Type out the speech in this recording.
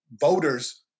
voters